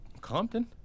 Compton